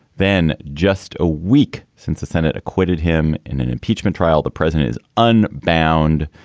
then just a week since the senate acquitted him in an impeachment trial, the president is unbound.